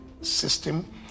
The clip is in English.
system